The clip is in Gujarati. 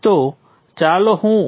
તેથી ફરીથી હું આ રીતે I12 લઈશ